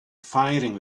firing